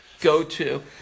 go-to